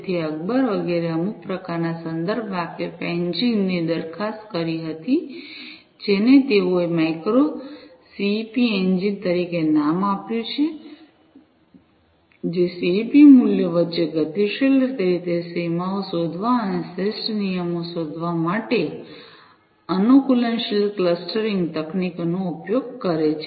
તેથી અકબર વગેરેએ અમુક પ્રકારના સંદર્ભ વાકેફ એન્જિન ની દરખાસ્ત કરી હતી જેને તેઓએ માઇક્રો સીઇપી એન્જિન તરીકે નામ આપ્યું છે જે સીઇપી મૂલ્યો વચ્ચે ગતિશીલ રીતે સીમાઓ શોધવા અને શ્રેષ્ઠ નિયમો શોધવા માટે અનુકૂલનશીલ ક્લસ્ટરીંગ તકનીકોનો ઉપયોગ કરે છે